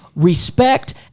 respect